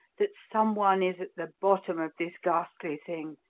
that someone is at the bottom of this ghastly thing,